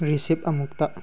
receipt ꯑꯃꯨꯛꯇ